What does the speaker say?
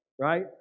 right